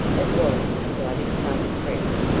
it was a bloody thumb print!